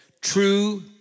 True